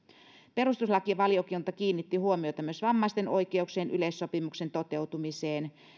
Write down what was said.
perustuslakivaliokunta kiinnitti huomiota myös vammaisten oikeuksien yleissopimuksen toteutumiseen